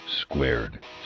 Squared